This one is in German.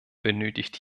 benötigt